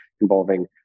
involving